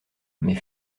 mais